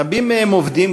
רבים מהם עובדים,